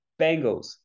Bengals